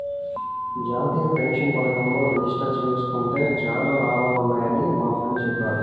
జాతీయ పెన్షన్ పథకంలో రిజిస్టర్ జేసుకుంటే చానా లాభాలున్నయ్యని మా ఫ్రెండు చెప్పాడు